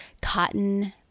cotton